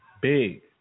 big